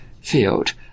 field